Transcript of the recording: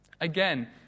Again